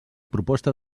proposta